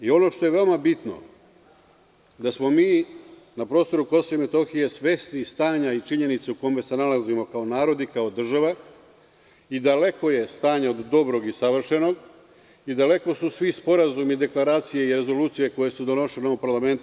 I ono što je veoma bitno da smo mi na prostoru Kosova i Metohije svesni stanja i činjenice u kome se nalazimo kao narod i kao država i daleko je stanje od dobrog i savršenog i daleko su svi sporazumi deklaracije i rezolucije koje su donošene u ovom parlamentu.